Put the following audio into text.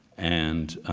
and